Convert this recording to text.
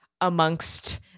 amongst